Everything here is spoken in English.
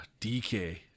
DK